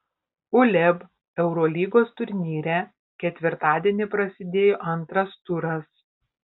uleb eurolygos turnyre ketvirtadienį prasidėjo antras turas